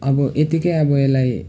अब यत्तिकै अब यसलाई